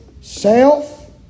Self